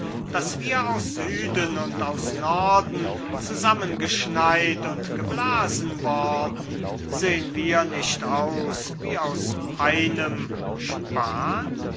daß wir aus süden und aus norden zusammengeschneit und geblasen worden sehn wir nicht aus wie aus einem span